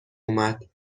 اومد